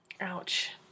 Ouch